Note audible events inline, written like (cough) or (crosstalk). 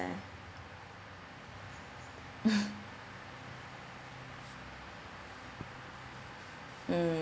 (laughs) mm